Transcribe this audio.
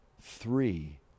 Three